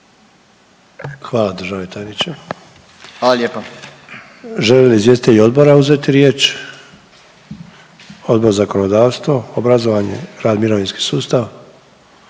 Hvala državni tajniče. …/Upadica: Hvala lijepa./… Žele li izvjestitelji odbora uzeti riječ? Odbor za zakonodavstvo, obrazovanje, rad, mirovinski sustav?